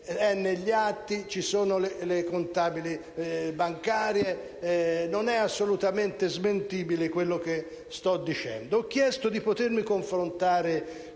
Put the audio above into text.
negli atti e ci sono le contabili bancarie. Non è assolutamente smentibile quello che sto dicendo. Ho chiesto di potermi confrontare